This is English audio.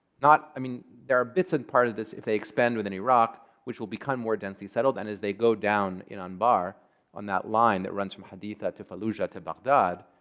i mean there are bits and part of this, if they expand within iraq, which will become more densely settled. and as they go down in anbar on that line that runs from haditha to fallujah to baghdad,